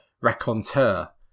raconteur